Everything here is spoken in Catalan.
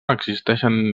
existeixen